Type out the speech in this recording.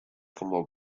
como